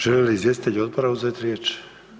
Želi li izvjestitelj odbora uzet riječ?